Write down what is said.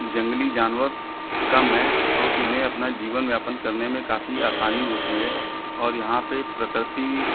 जंगली जानवर कम है तो इन्हें अपना जीवन यापन करने में काफी आसानी होती है और यहाँ पर प्रकृति